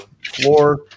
floor